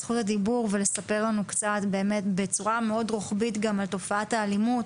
ספרי לנו בצורה מאוד רוחבית על תופעת האלימות